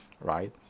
right